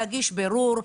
להגיש בירור.